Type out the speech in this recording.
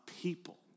people